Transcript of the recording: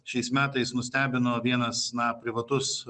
šiais metais nustebino vienas na privatus